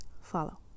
Follow